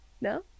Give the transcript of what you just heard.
No